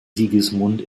sigismund